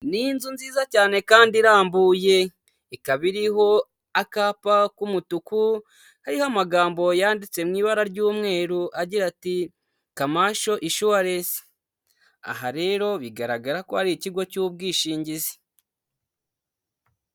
Imodoka yo mu bwoko bwa dayihatsu yifashishwa mu gutwara imizigo ifite ibara ry'ubururu ndetse n'igisanduku cy'ibyuma iparitse iruhande rw'umuhanda, aho itegereje gushyirwamo imizigo. Izi modoka zikaba zifashishwa mu kworoshya serivisi z'ubwikorezi hirya no hino mu gihugu. Aho zifashishwa mu kugeza ibintu mu bice bitandukanye by'igihugu.